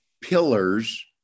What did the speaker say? pillars